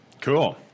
Cool